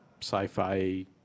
sci-fi